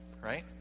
Right